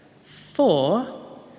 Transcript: four